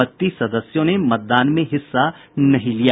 बत्तीस सदस्यों ने मतदान में हिस्सा नहीं लिया